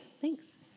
thanks